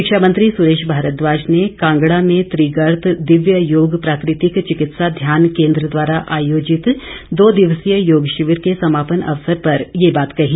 शिक्षा मंत्री सुरेश भारद्वाज ने कांगड़ा में त्रिगर्त दिव्य योग प्राकृतिक चिकित्सा ध्यान केंद्र द्वारा आयोजित दो दिवसीय योग शिविर के समापन अवसर पर ये बात कही